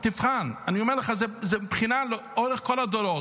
תבחן, אני אומר לך, זאת בחינה לאורך כל הדורות.